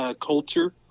culture